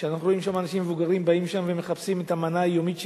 ואנחנו רואים אנשים מבוגרים שבאים לשם ומחפשים את המנה היומית שלהם.